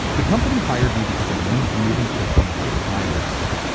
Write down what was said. the company hired me because i'm known for moving quickly and having high energy.